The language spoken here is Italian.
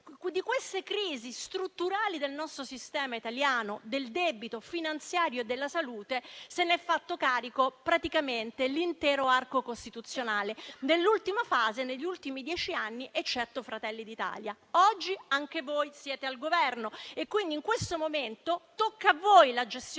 di queste crisi strutturali del nostro Sistema sanitario italiano, del debito finanziario della salute, si è fatto carico praticamente l'intero arco costituzionale, nell'ultima fase, negli ultimi dieci anni, eccetto Fratelli d'Italia. Onorevoli colleghi, oggi anche voi siete al Governo e quindi, in questo momento, tocca a voi la gestione